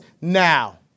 now